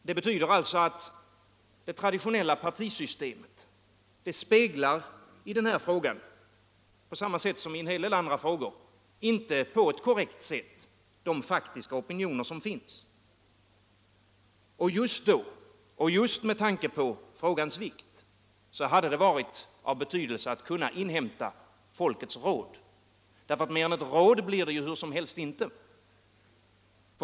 Det betyder alltså att det traditionella partisystemet i den här frågan — liksom i en del andra frågor — inte på ett korrekt sätt speglar de faktiska opinioner som finns. Det är otillfredsställande. Därför hade det varit av betydelse att kunna inhämta folkets råd. Mer än ett råd blir det ju hur som helst inte.